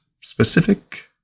specific